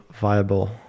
viable